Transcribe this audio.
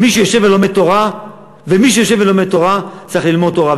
מי שיושב ולומד תורה צריך ללמוד תורה,